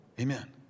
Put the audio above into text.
Amen